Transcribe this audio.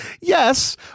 yes